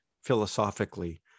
philosophically